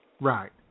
Right